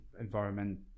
environment